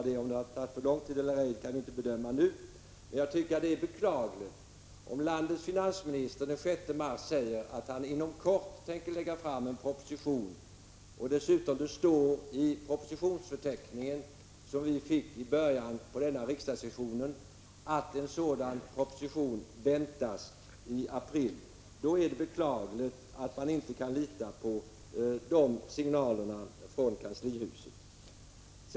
Han sade bara att vi inte nu kan bedöma om det har tagit för lång tid eller ej. Landets finansminister sade den 6 mars att han inom kort tänkt lägga fram en sådan proposition. Dessutom står det i propositionsförteckningen, som vi fick i början av denna riksdagssession, att en sådan proposition väntades i april. Jag tycker det är beklagligt att man inte kan lita på de signalerna från kanslihuset.